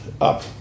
up